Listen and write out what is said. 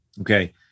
Okay